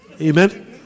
Amen